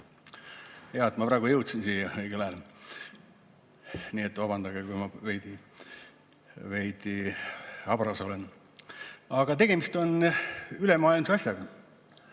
ma praegu jõudsin siia õigel ajal. Nii et vabandage, kui ma veidi habras olen. Aga tegemist on ülemaailmse asjaga.